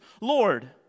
Lord